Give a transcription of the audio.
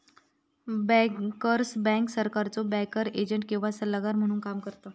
bankers bank सरकारचो banker agent किंवा सल्लागार म्हणून काम करता